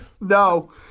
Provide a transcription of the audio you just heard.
No